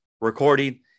recording